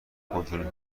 کنترل